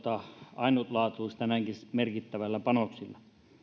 ainutlaatuista näinkin merkittävillä panoksilla